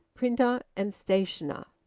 printer and stationer,